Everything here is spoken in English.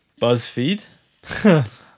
BuzzFeed